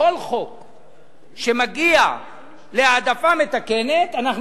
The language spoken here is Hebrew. בכל חוק להעדפה מתקנת שמגיע,